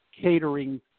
catering